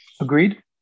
agreed